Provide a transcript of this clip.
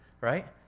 right